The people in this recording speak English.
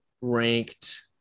ranked –